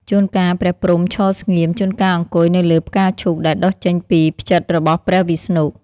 ជួនកាល ព្រះព្រហ្មឈរស្ងៀម ជួនកាលអង្គុយនៅលើផ្កាឈូកដែលដុះចេញពី ផ្ចិតរបស់ព្រះវិស្ណុ។